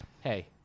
Hey